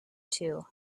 two